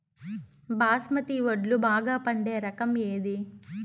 బాస్మతి వడ్లు బాగా పండే రకం ఏది